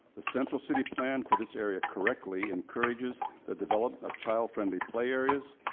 the central city plan for this area correctly encourages the development of child friendly play areas,